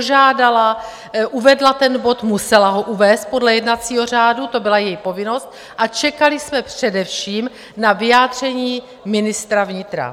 Požádala, uvedla ten bod, musela ho uvést podle jednacího řádu, to byla její povinnost, a čekali jsme především na vyjádření ministra vnitra.